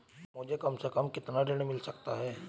मुझे कम से कम कितना ऋण मिल सकता है?